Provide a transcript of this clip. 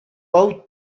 hau